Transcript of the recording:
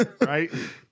right